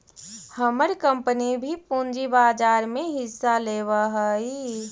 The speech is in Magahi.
हमर कंपनी भी पूंजी बाजार में हिस्सा लेवअ हई